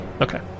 Okay